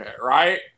Right